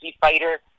fighter